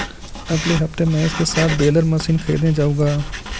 अगले हफ्ते महेश के साथ बेलर मशीन खरीदने जाऊंगा